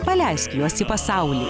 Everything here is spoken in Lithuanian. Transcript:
paleisk juos į pasaulį